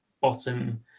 bottom